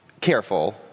careful